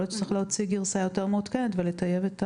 אולי צריך להוציא גרסה יותר מעודכנת ולטייב את הדברים.